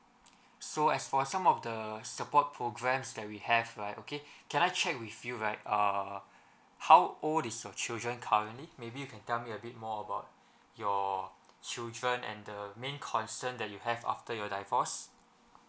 so as for some of the support programs that we have right okay can I check with you right err how old is your children currently maybe you can tell me a bit more about your children and the main concern that you have after your divorce